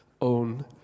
own